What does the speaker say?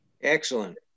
Excellent